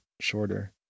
shorter